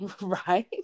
right